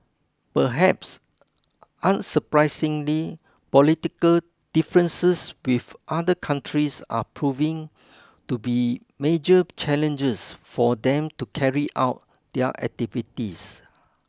perhaps unsurprisingly political differences with other countries are proving to be major challenges for them to carry out their activities